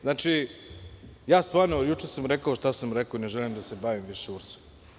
Znači, stvarno juče sam rekao šta sam rekao i ne želim da se bavim više URS.